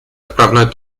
отправной